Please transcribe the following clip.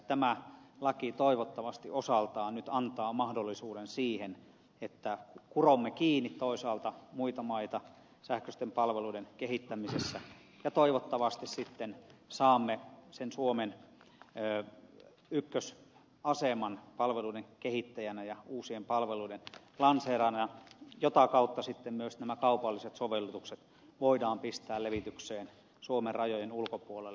tämä laki toivottavasti osaltaan nyt antaa mahdollisuuden siihen että kuromme kiinni muita maita sähköisten palveluiden kehittämisessä ja toivottavasti sitten saamme sen suomelle ykkösaseman palveluiden kehittäjänä ja uusien palveluiden lanseeraajana jota kautta sitten myös nämä kaupalliset sovellutukset voidaan pistää levitykseen suomen rajojen ulkopuolelle